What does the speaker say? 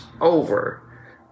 over